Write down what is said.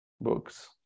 books